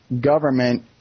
government